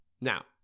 Now